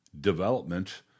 development